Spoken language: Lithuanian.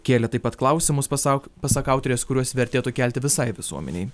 kėlė taip pat klausimus pasak pasak autorės kuriuos vertėtų kelti visai visuomenei